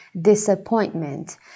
disappointment